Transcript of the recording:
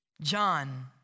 John